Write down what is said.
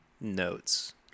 notes